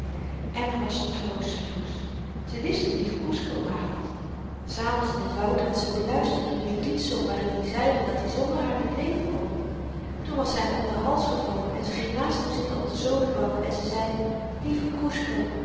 emma was troosteloos ze wist hoe lief kusco haar had s avonds in t woud had ze hem beluisterd toen i een lied zong waarin hy zeide dat-i zonder haar niet leven kon toen was zy hem om den hals gevallen en ze ging naast hem zitten op de zodenbank en ze zei lieve